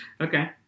Okay